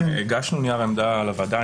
הגשנו נייר עמדה לוועדה.